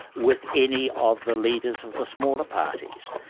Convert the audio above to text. with any of the leaders of the smaller parties,